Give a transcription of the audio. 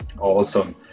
Awesome